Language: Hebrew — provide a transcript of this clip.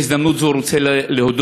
בהזדמנות הזאת אני רוצה להודות